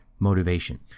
motivation